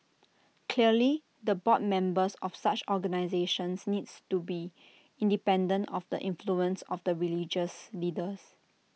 clearly the board members of such organisations needs to be independent of the influence of the religious leaders